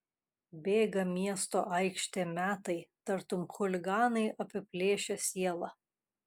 bėga miesto aikštėm metai tartum chuliganai apiplėšę sielą